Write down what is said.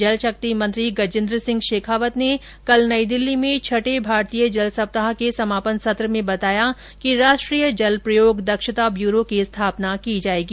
जलशक्ति मंत्री गजेन्द्र सिंह शेखावत ने कल नई दिल्ली में छठे भारतीय जल सप्ताह के समापन सत्र में बताया कि राष्ट्रीय जल प्रयोग दक्षता ब्यूरो की स्थापना की जाएगी